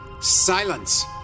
Silence